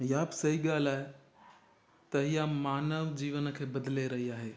इहा बि सही ॻाल्हि आहे त इहा मानव जीवन खे बदिले रही आहे